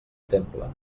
temple